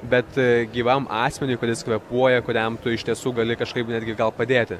bet gyvam asmeniui kuris kvėpuoja kuriam tu iš tiesų gali kažkaip netgi gal padėti